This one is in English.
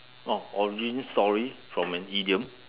oh origin story from an idiom